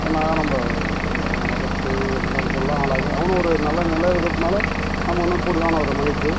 என்னென்னா நம்ம அவனை வளர்த்து எந்தெந்தலாம் ஆளாக்கி அவனும் ஒரு நல்ல நிலைல இருக்கிறதுனால நமக்கு இன்னும் கூடுதலான ஒரு மகிழ்ச்சி